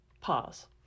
pause